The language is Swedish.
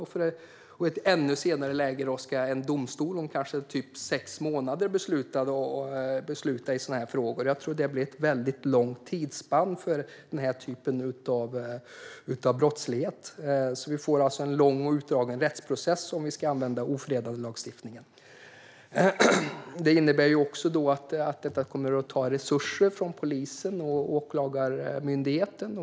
I ett ännu senare läge ska en domstol om kanske sex månader besluta i sådana här frågor. Jag tror att det blir ett väldigt långt tidsspann för denna typ av brottslighet. Vi får alltså en lång och utdragen rättsprocess om vi ska använda ofredandelagstiftningen. Detta innebär också att resurser kommer att tas från polisen och Åklagarmyndigheten.